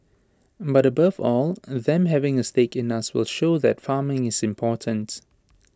but above all them having A stake in us will show that farming is important